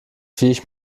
viech